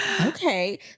okay